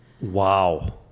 Wow